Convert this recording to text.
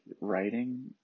writing